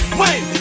wait